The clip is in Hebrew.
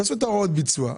תעשו את הוראות הביצוע.